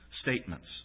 statements